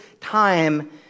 time